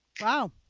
Wow